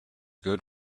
good